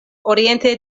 oriente